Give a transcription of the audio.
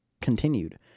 continued